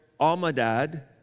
Almadad